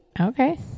Okay